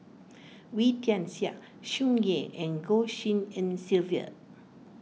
Wee Tian Siak Tsung Yeh and Goh Tshin En Sylvia